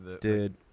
dude